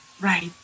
Right